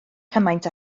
cymaint